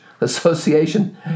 association